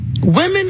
women